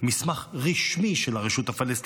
מסמך רשמי של הרשות הפלסטינית,